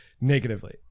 negatively